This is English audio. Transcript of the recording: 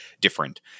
different